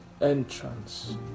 entrance